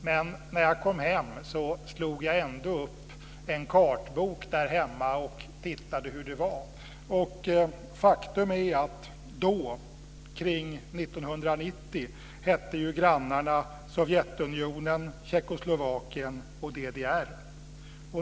Men när jag kom hem slog jag ändå upp en kartbok och tittade efter hur det var. Faktum är att då, kring 1990, hette grannarna Sovjetunionen, Tjeckoslovakien och DDR.